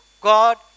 God